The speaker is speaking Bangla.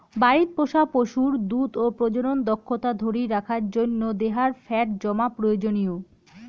বাড়িত পোষা পশুর দুধ ও প্রজনন দক্ষতা ধরি রাখার জইন্যে দেহার ফ্যাট জমা প্রয়োজনীয়